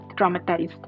traumatized